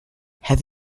have